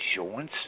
insurance